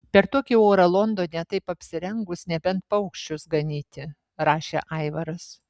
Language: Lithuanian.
per tokį orą londone taip apsirengus nebent paukščius ganyti rašė aivaras